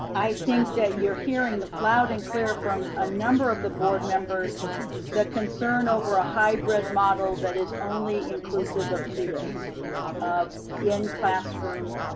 i think that you're hearing loud and clear from a number of the board members the concern over a hybrid model that is only inclusive of two days of in-classroom